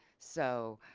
so